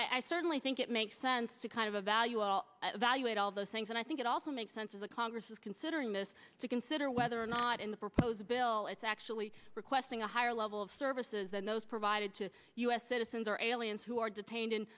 i certainly think it makes sense to kind of a value all value add all those things and i think it also makes sense as a congress is considering this to consider whether or not in the proposed bill it's actually requesting a higher level of services than those provided to us citizens or aliens who are detained